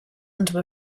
into